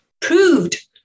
proved